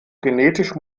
genetisch